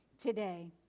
today